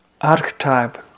archetype